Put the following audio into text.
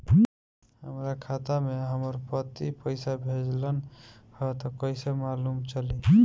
हमरा खाता में हमर पति पइसा भेजल न ह त कइसे मालूम चलि?